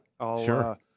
Sure